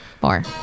Four